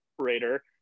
operator